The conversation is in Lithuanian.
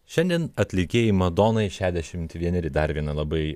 šiandien atlikėjai madonai šešiasdešimt vieneri dar viena labai